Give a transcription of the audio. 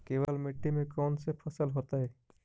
केवल मिट्टी में कौन से फसल होतै?